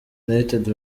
united